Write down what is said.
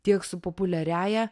tiek su populiariąja